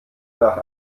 nach